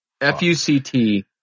f-u-c-t